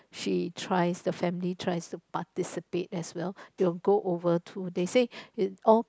she tries the family try to participate as well they will go over too they say in all